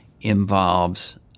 involves